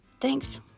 Thanks